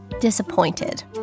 disappointed